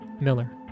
Miller